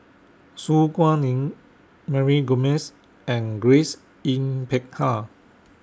Su Guaning Mary Gomes and Grace Yin Peck Ha